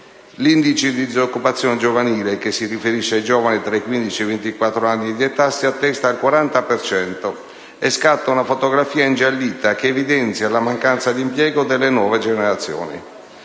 L'indice di disoccupazione giovanile, che si riferisce ai giovani tra i 15 e i 24 anni di età, si attesta al 40 per cento e scatta una fotografia ingiallita che evidenzia la mancanza di impiego delle nuove generazioni: